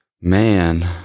man